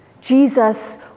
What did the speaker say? Jesus